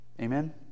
Amen